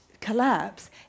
collapse